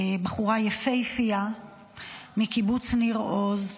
בחורה יפהפייה מקיבוץ ניר עוז,